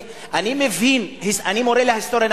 אני מורה להיסטוריה,